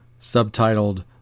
subtitled